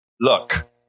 look